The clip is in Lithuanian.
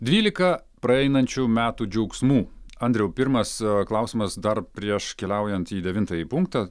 dvylika praeinančių metų džiaugsmų andriau pirmas klausimas dar prieš keliaujant į devintąjį punktą